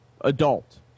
adult